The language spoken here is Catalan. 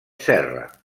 serra